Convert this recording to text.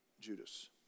Judas